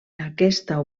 aquesta